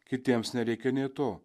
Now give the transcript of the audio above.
kitiems nereikia nė to